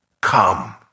Come